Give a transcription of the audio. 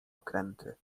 okręty